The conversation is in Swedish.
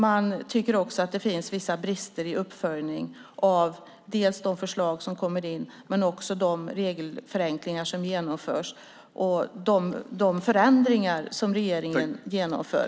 Man tycker också att det finns vissa brister i uppföljningen av de förslag som kommer in och av de regelförenklingar som genomförs och de förändringar som regeringen genomför.